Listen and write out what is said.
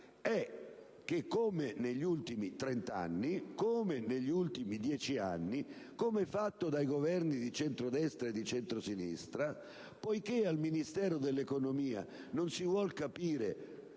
è che, come negli ultimi trent'anni, come è stato fatto dai Governi di centrodestra e di centrosinistra, al Ministero dell'economia non si vuole capire